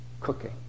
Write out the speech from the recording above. cooking